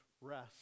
rest